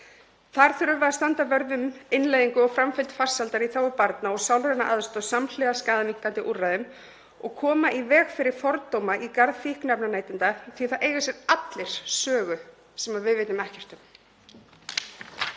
Þar þurfum við að standa vörð um innleiðingu og framfylgd laga um farsæld í þágu barna og sálræna aðstoð samhliða skaðaminnkandi úrræðum og koma í veg fyrir fordóma í garð fíkniefnaneytenda því það eiga sér allir sögu sem við vitum ekkert um.